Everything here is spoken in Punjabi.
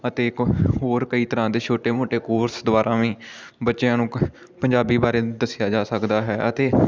ਅਤੇ ਹੋਰ ਕਈ ਤਰ੍ਹਾਂ ਦੇ ਛੋਟੇ ਮੋਟੇ ਕੋਰਸ ਦੁਆਰਾ ਵੀ ਬੱਚਿਆਂ ਨੂੰ ਪੰਜਾਬੀ ਬਾਰੇ ਦੱਸਿਆ ਜਾ ਸਕਦਾ ਹੈ ਅਤੇ